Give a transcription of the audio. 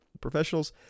professionals